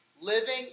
living